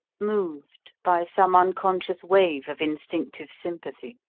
moved by some unconscious wave of instinctive sympathy.